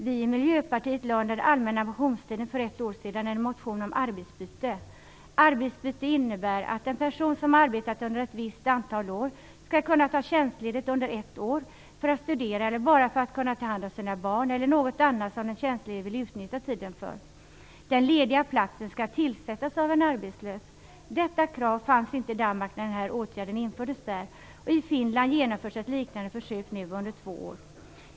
Vi i Miljöpartiet väckte under allmänna motionstiden för ett år sedan en motion om arbetsbyte. Arbetsbyte innebär att en person som har arbetat under ett visst antal år skall kunna ta tjänstledigt under ett år för att studera eller bara för att kunna ta hand om sina barn eller något annat som den tjänstledige vill utnyttja tiden för. Den lediga platsen skall tillsättas av en arbetslös. Detta krav fanns inte i Danmark när den här åtgärden infördes där. I Finland genomförs nu ett liknande försök under två år.